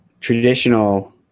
traditional